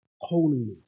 holiness